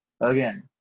again